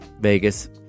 Vegas